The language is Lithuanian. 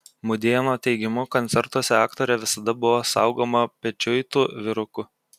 mudėno teigimu koncertuose aktorė visada buvo saugoma pečiuitų vyrukų